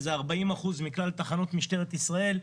שזה 40% מכלל תחנות משטרת ישראל.